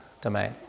domain